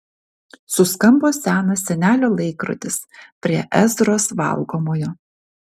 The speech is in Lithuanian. suskambo senas senelio laikrodis prie ezros valgomojo